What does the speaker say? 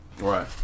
Right